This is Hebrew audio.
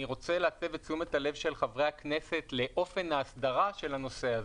אני רוצה להסב את תשומת הלב של חברי הכנסת לאופן ההסדרה של הנושא הזה.